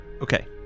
Okay